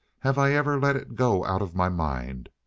have i ever let it go out of my mind?